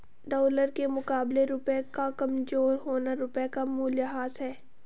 dollar के मुकाबले रुपए का कमज़ोर होना रुपए का मूल्यह्रास है